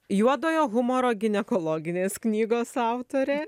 juodojo humoro ginekologinės knygos autorė